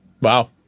wow